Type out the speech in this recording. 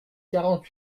quarante